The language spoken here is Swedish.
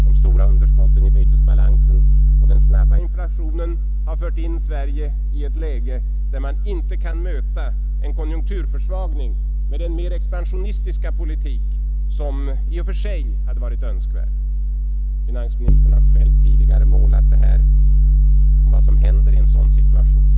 De stora underskotten i bytesbalansen och den snabba inflationen har fört in Sverige i ett läge där man inte kan möta en konjunkturförsvagning med den mer expansionistiska politik som i och för sig hade varit önskvärd. Finansministern har tidigare målat upp vad som händer i en sådan situation.